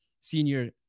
senior